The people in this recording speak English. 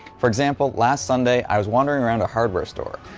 for example, last sunday i was wandering around a hardware store.